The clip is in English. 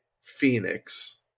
phoenix